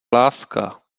láska